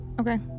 Okay